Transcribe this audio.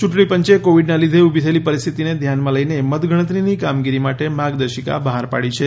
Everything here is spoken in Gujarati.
ચૂંટણી પંચે કોવિડના લીધે ઊભી થયેલી પરિસ્થિતિ ધ્યાનમાં લઈને મતગણતરીની કામગીરી માટે માર્ગદર્શિકા બહાર પાડી છે